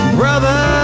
brother